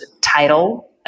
title